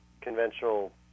conventional